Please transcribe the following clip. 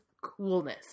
coolness